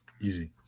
Easy